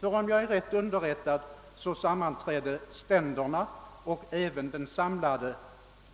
Ty om jag är rätt underrättad så sammanträdde ständerna och även den samlade